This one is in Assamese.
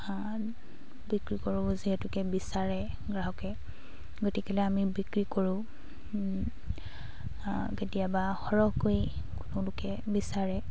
বিক্ৰী কৰোঁ যিহেতুকে বিচাৰে গ্ৰাহকে গতিকেলে আমি বিক্ৰী কৰোঁ কেতিয়াবা সৰহকৈ কোনো লোকে বিচাৰে